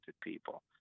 people